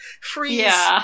Freeze